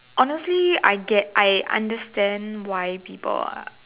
honestly I get I understand why people are